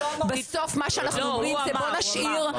בסוף מה שאנחנו אומרים זה בואו נשאיר --- לא,